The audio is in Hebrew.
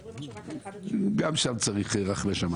אנחנו מדברים עכשיו רק על 1 עד 3. גם שם צריך רחמי שמים.